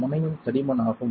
முனையின் தடிமன் ஆகும்